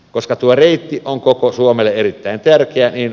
koska tuo reitti on koko suomelle erittäin tärkeä niin